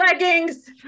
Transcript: Leggings